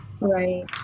Right